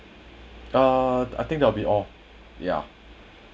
uh I think that will be all ya